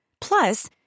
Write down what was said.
Plus